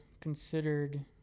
considered